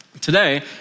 today